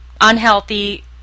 unhealthy